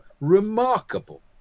remarkable